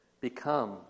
become